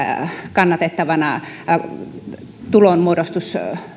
kannatettavana tulonmuodostuskeinona aloilla